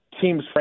Team's